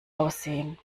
aussehen